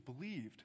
believed